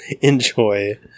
enjoy